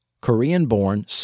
Korean-born